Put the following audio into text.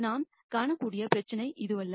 நாம் காணக்கூடிய பிரச்சினை இதுவல்ல